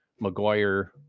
McGuire